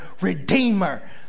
Redeemer